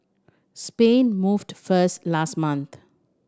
Spain moved first last month